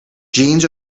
jeans